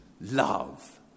love